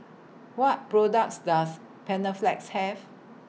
What products Does Panaflex Have